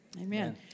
Amen